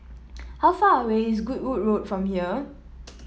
how far away is Goodwood Road from here